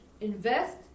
invest